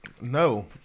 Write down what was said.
No